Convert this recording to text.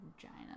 vagina